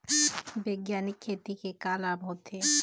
बैग्यानिक खेती के का लाभ होथे?